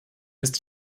ist